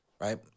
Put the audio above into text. Right